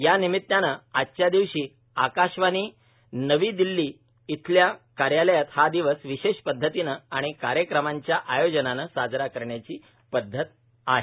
यानिमित्तानं आजच्या दिवशी आकाशवाणी नवी दिल्ली इथल्या कार्यालयात हा दिवस विशेष पद्धतीनं आणि कार्यक्रमांच्या आयोजनानं साजरा करण्याची पद्धत आहे